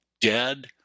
dead